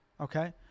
okay